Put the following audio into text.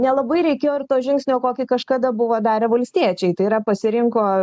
nelabai reikėjo ir to žingsnio kokį kažkada buvo darę valstiečiai tai yra pasirinko